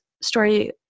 story